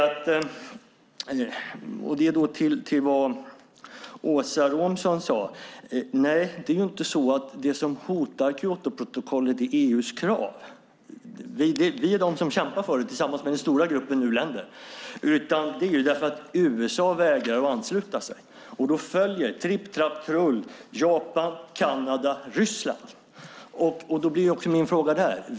Nej, Åsa Romson, det är inte så att det som hotar Kyotoprotokollet är EU:s krav - vi är de som kämpar för kraven tillsammans med den stora gruppen u-länder - utan det är därför att USA vägrar att ansluta sig. Då följer - tripp, trapp, trull - Japan, Kanada och Ryssland.